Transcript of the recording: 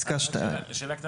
רק שאלה קטנה.